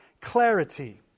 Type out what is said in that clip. clarity